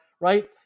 Right